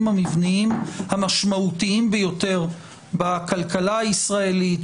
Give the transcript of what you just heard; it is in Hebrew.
המבניים המשמעותיים ביותר בכלכלה הישראלית,